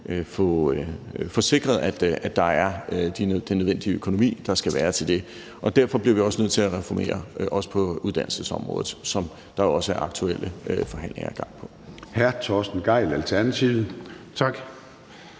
få sikret, at der er den nødvendige økonomi, der skal være til det. Derfor bliver vi også nødt til at reformere på uddannelsesområdet, hvilket der også er aktuelle forhandlinger i gang om.